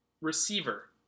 receiver